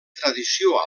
tradició